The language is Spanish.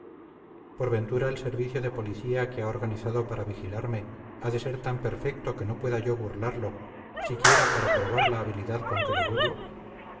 por ventura el servicio de policía que ha organizado para vigilarme ha de ser tan perfecto que no pueda yo burlarlo siquiera para probar la habilidad con que lo burlo